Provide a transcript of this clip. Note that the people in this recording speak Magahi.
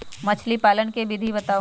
मछली पालन के विधि बताऊँ?